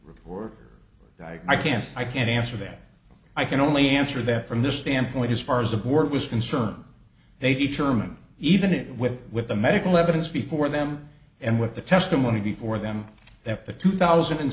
recorder i can't i can't answer that i can only answer that from this standpoint as far as the war was concerned they determined even it with with the medical evidence before them and what the testimony before them that the two thousand and